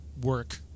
work